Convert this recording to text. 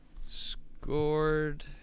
scored